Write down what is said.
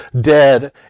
dead